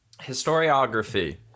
historiography